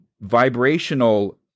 vibrational